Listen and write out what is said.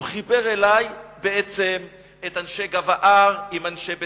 הוא בעצם חיבר אלי את אנשי גב ההר עם אנשי בית-אריה,